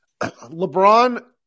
LeBron